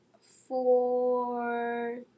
Four